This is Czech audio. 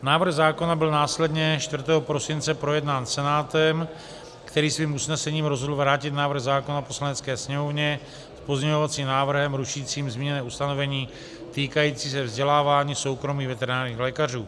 Návrh zákona byl následně 4. prosince projednán Senátem, který svým usnesením rozhodl vrátit návrh zákona Poslanecké sněmovně s pozměňovacím návrhem rušícím zmíněné ustanovení týkající se vzdělávání soukromých veterinárních lékařů.